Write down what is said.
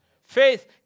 Faith